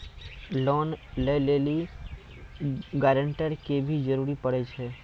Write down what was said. Loan लै लेली guarantor के भी जरूरी पड़ै छै?